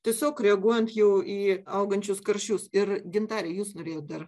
tiesiog reaguojant jau į augančius karščius ir gintarė jūs norėjot dar